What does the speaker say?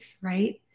right